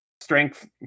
strength